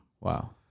Wow